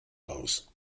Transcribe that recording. aus